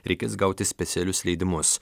reikės gauti specialius leidimus